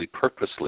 purposely